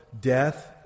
death